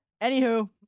anywho